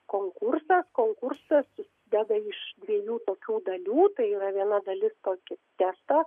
konkursas konkursas susideda iš dviejų tokių dalių tai yra viena dalis kokį testą